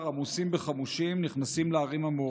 עמוסים בחמושים נכנסים לערים המעורבות.